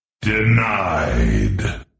Denied